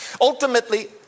ultimately